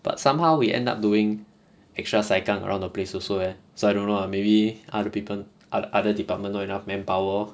but somehow we end up doing extra sai kang around the place also eh so I don't know ah maybe other people ot~ other department not enough manpower lor